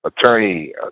attorney